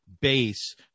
base